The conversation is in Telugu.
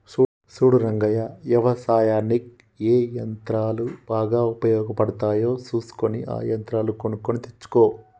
సూడు రంగయ్య యవసాయనిక్ ఏ యంత్రాలు బాగా ఉపయోగపడుతాయో సూసుకొని ఆ యంత్రాలు కొనుక్కొని తెచ్చుకో